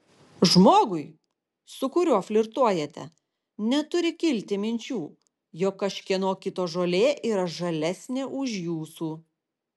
žmogui su kuriuo flirtuojate neturi kilti minčių jog kažkieno kito žolė yra žalesnė už jūsų